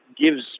gives